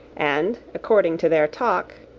and, according to their talk,